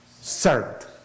served